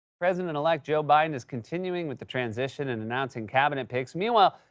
president-elect joe biden is continuing with the transition and announcing cabinet picks. meanwhile,